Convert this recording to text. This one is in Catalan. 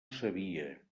sabia